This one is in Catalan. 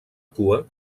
cua